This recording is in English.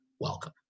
welcome